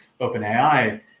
OpenAI